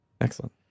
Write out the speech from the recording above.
Excellent